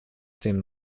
den